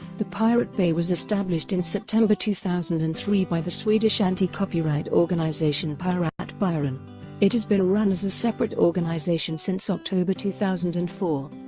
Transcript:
the pirate bay was established in september two thousand and three by the swedish anti-copyright organisation piratbyran it has been run as a separate organisation since october two thousand and four.